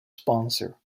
sponsor